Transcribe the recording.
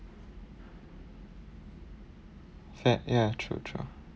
ya ya true true